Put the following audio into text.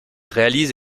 réalise